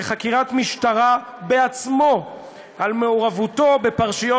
לחקירת משטרה בעצמו על מעורבותו בפרשיות